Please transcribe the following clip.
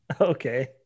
okay